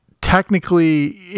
technically